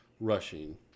rushing